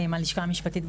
הלשכה המשפטית,